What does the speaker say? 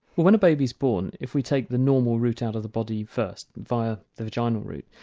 when a baby is born if we take the normal route out of the body first via the vaginal route,